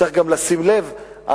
צריך גם לשים לב,